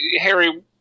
Harry